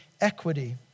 equity